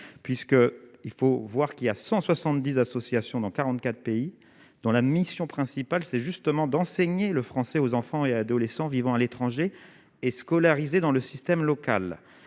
puisque il faut voir qu'il y a 170 associations dans 44 pays dont la mission principale, c'est justement d'enseigner le français aux enfants et adolescents vivant à l'étranger et scolarisés dans le système local,